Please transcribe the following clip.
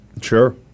Sure